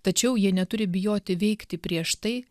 tačiau jie neturi bijoti veikti prieš tai